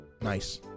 nice